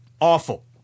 awful